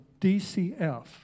DCF